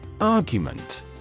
Argument